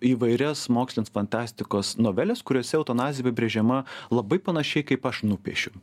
įvairias mokslinės fantastikos noveles kuriose eutanazija apibrėžiama labai panašiai kaip aš nupiešiu